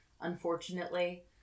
unfortunately